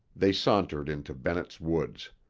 they sauntered into bennett's woods.